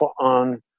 on